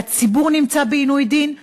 הציבור נמצא בעינוי דין,